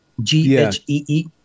G-H-E-E